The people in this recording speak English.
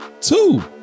two